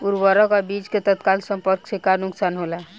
उर्वरक अ बीज के तत्काल संपर्क से का नुकसान होला?